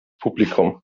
publikum